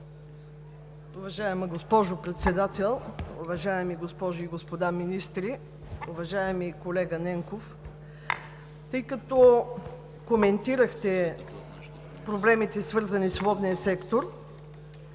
Уважаема госпожо Председател, уважаеми госпожи и господа министри! Уважаеми колега Ненков, тъй като коментирахте проблемите, свързани с водния сектор,